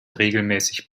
regelmäßig